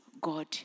God